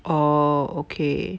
orh okay